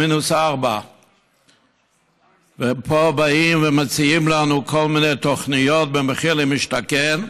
ומינוס 4. ופה באים ומציעים לנו כל מיני תוכניות במחיר למשתכן,